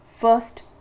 first